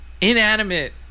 inanimate